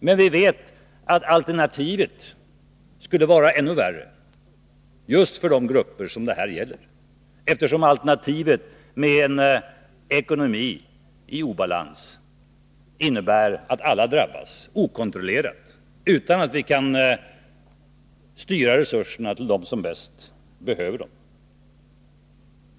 Men vi vet att alternativet är ännu värre just för de grupper som det gäller. Alternativet med en ekonomi i obalans innebär nämligen att alla drabbas okontrollerat utan att vi kan styra resurserna till de människor Nr 50 som bäst behöver dem.